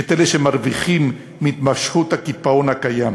את אלה שמרוויחים מהתמשכות הקיפאון הקיים.